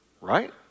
Right